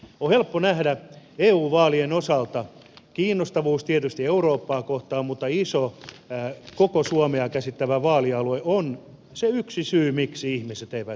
on helppo nähdä eu vaalien osalta kiinnostus tietysti eurooppaa kohtaan mutta iso koko suomen käsittävä vaalialue on se yksi syy miksi ihmiset eivät äänestä